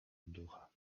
ducha